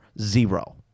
Zero